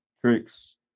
tricks